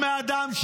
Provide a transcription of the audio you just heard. תנמק את ההתנגדות.